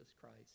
Christ